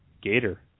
Gator